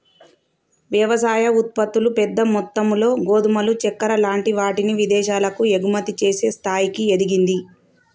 వ్యవసాయ ఉత్పత్తులు పెద్ద మొత్తములో గోధుమలు చెక్కర లాంటి వాటిని విదేశాలకు ఎగుమతి చేసే స్థాయికి ఎదిగింది